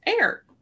air